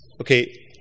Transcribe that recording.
Okay